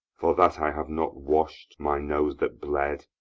for that i have not wash'd my nose that bled,